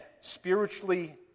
spiritually